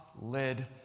led